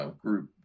group